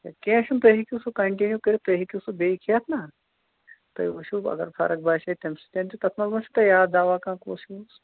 کیٚنٛہہ چھُنہٕ تُہۍ ہیٚکِو سُہ کَنٹِنیٛوٗ کٔرِتھ تُہۍ ہیٚکِو سُہ بیٚیہِ کھٮ۪تھ نا تُہۍ وُچھِو اَگر فرق باسے تَمہِ سۭتۍ تہِ تَتھ منٛز ما چھُ تۄہہِ یاد دَوا کیٛاہ کُس یوٗز